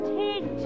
take